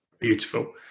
beautiful